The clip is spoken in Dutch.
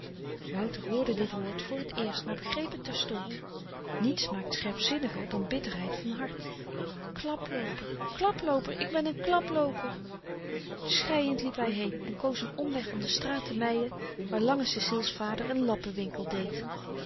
wouter hoorde dit woord voor t eerst maar begreep het terstond niets maakt scherpzinniger dan bitterheid van hart klaplooper klaplooper ik ben n klaplooper schreiend liep hy heen en koos n omweg om de straat te myden waar lange ceciel's vader n lappenwinkel deed